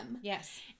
Yes